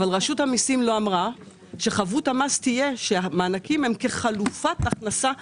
אבל רשות המיסים לא אמרה שחבות המס תהיה שהמענקים הם כחלופת הכנסה מלאה.